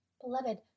Beloved